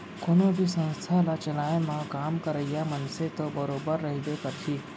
कोनो भी संस्था ल चलाए म काम करइया मनसे तो बरोबर रहिबे करही